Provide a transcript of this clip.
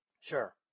Sure